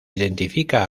identifica